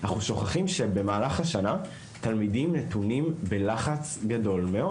אנחנו שוכחים שבמהלך השנה תלמידים נתונים בלחץ גדול מאוד.